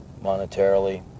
monetarily